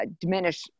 diminish